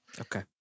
Okay